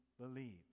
believe